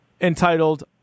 entitled